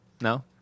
No